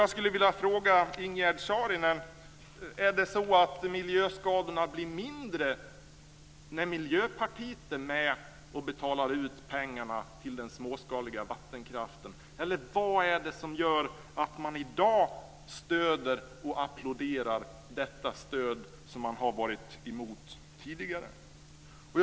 Jag skulle vilja fråga Ingegerd Saarinen: Blir miljöskadorna mindre när Miljöpartiet är med om att betala ut pengarna för den småskaliga vattenkraften? Eller vad är det som gör att man i dag applåderar detta stöd, som man tidigare har varit emot?